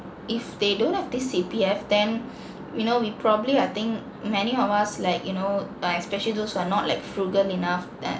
if they don't have this C_P_F then we know we probably I think many of us like you know uh especially those who are not like frugal enough